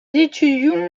étudiants